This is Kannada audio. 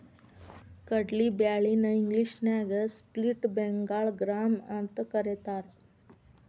ಕಡ್ಲಿ ಬ್ಯಾಳಿ ನ ಇಂಗ್ಲೇಷನ್ಯಾಗ ಸ್ಪ್ಲಿಟ್ ಬೆಂಗಾಳ್ ಗ್ರಾಂ ಅಂತಕರೇತಾರ